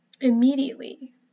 Immediately